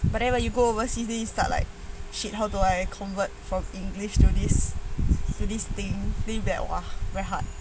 but then when you go overseas like shit how do I convert from english to this seriously believe that !wah! very hard